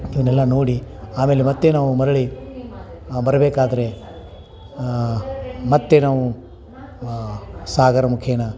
ಇದನ್ನೆಲ್ಲ ನೋಡಿ ಆಮೇಲೆ ಮತ್ತೆ ನಾವು ಮರಳಿ ಬರಬೇಕಾದರೆ ಮತ್ತೆ ನಾವು ಸಾಗರ ಮುಖೇನ